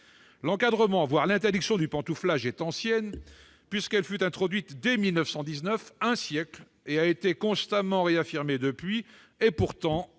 L'encadrement, voire l'interdiction du pantouflage est ancienne, puisqu'elle fut introduite dès 1919, voilà donc un siècle ; elle a été constamment réaffirmée depuis lors. Pourtant,